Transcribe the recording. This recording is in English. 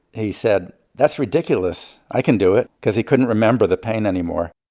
he said, that's ridiculous, i can do it because he couldn't remember the pain anymore.